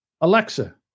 Alexa